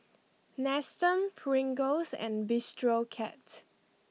Nestum Pringles and Bistro Cat